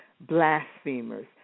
blasphemers